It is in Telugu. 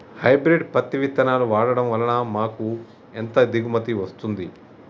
హైబ్రిడ్ పత్తి విత్తనాలు వాడడం వలన మాకు ఎంత దిగుమతి వస్తుంది?